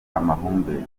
amahumbezi